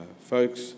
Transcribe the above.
Folks